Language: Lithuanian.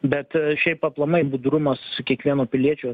bet šiaip aplamai budrumas kiekvieno piliečio